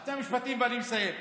שני משפטים ואני מסיים.